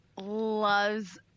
loves